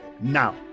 Now